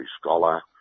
scholar